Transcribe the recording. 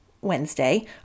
Wednesday